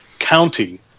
County